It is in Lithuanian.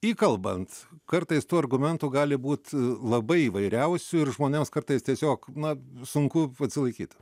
įkalbant kartais tų argumentų gali būt labai įvairiausių ir žmonėms kartais tiesiog na sunku atsilaikyti